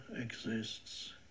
exists